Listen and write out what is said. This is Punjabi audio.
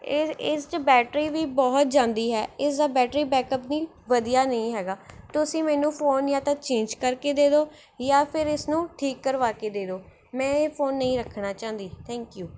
ਇਹ ਇਸ 'ਚ ਬੈਟਰੀ ਵੀ ਬਹੁਤ ਜਾਂਦੀ ਹੈ ਇਸਦਾ ਬੈਟਰੀ ਬੈਕਅੱਪ ਨਹੀਂ ਵਧੀਆ ਨਹੀਂ ਹੈਗਾ ਤੁਸੀਂ ਮੈਨੂੰ ਫ਼ੋਨ ਜਾਂ ਤਾਂ ਚੇਂਜ ਕਰਕੇ ਦੇ ਦਿਓ ਜਾਂ ਫਿਰ ਇਸਨੂੰ ਠੀਕ ਕਰਵਾ ਕੇ ਦੇ ਦਿਓ ਮੈਂ ਇਹ ਫ਼ੋਨ ਨਹੀਂ ਰੱਖਣਾ ਚਾਹੁੰਦੀ ਥੈਂਕ ਯੂ